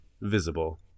visible